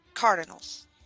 Cardinals